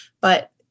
but-